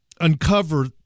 uncover